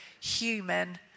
human